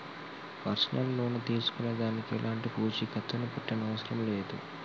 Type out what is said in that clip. personal loan తీసుకునే దానికి ఎలాంటి పూచీకత్తుని పెట్టనవసరం లేదు